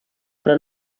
però